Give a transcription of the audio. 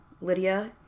Lydia